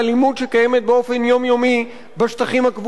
שקיימת באופן יומיומי בשטחים הכבושים.